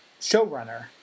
showrunner